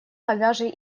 говяжий